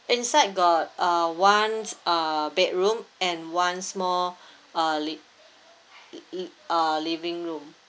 inside got uh one uh bedroom and one small uh li~ uh living room